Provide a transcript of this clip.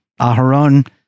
Aharon